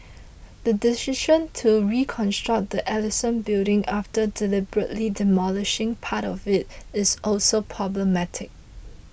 the decision to reconstruct the Ellison Building after deliberately demolishing part of it is also problematic